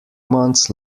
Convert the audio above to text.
months